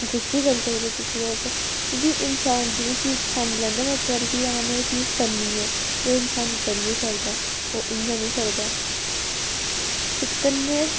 कुछ बी करी सकदे तुस लोग क्योंकि इन्सान जेह्ड़ी चीज ठानी लैंदा ना इक बारी कि हां में एह् चीज करनी ऐ ते ओह् इन्सान करी गै छडदा ओह् इ'यां निं छडदा ते कन्नै